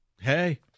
hey